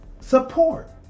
support